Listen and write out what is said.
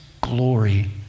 glory